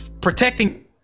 protecting